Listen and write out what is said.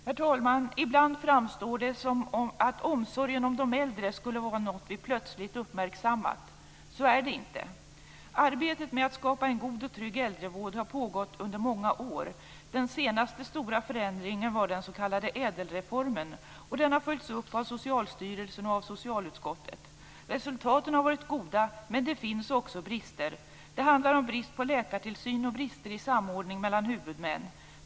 Herr talman! Ibland framstår det som att omsorgen om de äldre skulle vara något vi plötsligt uppmärksammat. Så är det inte. Arbetet med att skapa en god och trygg äldrevård har pågått under många år. Den senaste stora förändringen var den s.k. Ädelreformen 1992. Den har följts upp av Socialstyrelsen och av socialutskottet. Resultaten har varit goda, men det finns också brister. Det handlar om brist på läkartillsyn och brister i samordning mellan huvudmän.